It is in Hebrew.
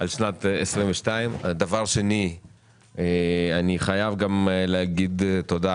אני חייב להגיד תודה